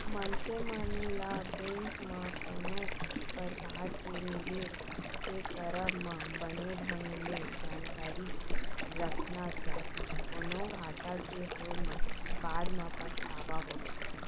मनसे मन ल बेंक म कोनो परकार के निवेस के करब म बने ढंग ले जानकारी रखना चाही, कोनो घाटा के होय म बाद म पछतावा होथे